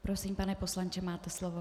Prosím, pane poslanče, máte slovo.